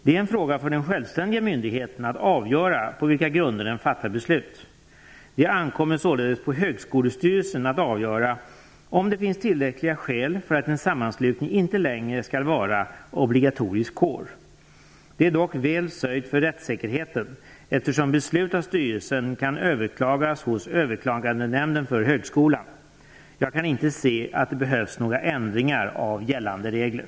Det är en fråga för den självständiga myndigheten att avgöra på vilka grunder den fattar beslut. Det ankommer således på högskolestyrelsen att avgöra om det finns tillräckliga skäl för att en sammanslutning inte längre skall vara obligatorisk kår. Det är dock väl sörjt för rättssäkerheten eftersom beslut av styrelsen kan överklagas hos Överklagandenämnden för högskolan. Jag kan inte se att det behövs några ändringar av gällande regler.